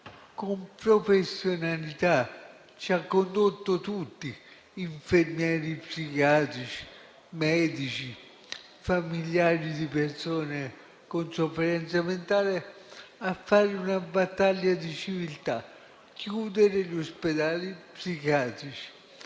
con professionalità ci ha condotto tutti, infermieri psichiatrici, medici, familiari di persone con sofferenza mentale, a fare una battaglia di civiltà: chiudere gli ospedali psichiatrici.